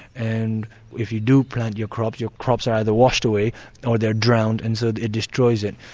and if you do plant your crops, your crops are either washed away or they're drowned, and so it destroys it.